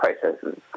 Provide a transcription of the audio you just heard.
processes